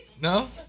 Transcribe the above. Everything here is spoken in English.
no